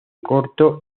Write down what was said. corto